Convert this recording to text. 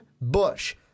Bush